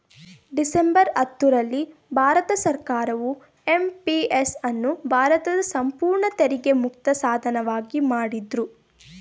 December ಹತ್ತು ರಲ್ಲಿ ಭಾರತ ಸರ್ಕಾರವು ಎಂ.ಪಿ.ಎಸ್ ಅನ್ನು ಭಾರತದ ಸಂಪೂರ್ಣ ತೆರಿಗೆ ಮುಕ್ತ ಸಾಧನವಾಗಿ ಮಾಡಿದ್ರು